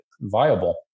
viable